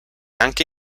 anche